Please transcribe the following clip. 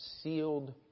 sealed